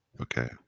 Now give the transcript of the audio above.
Okay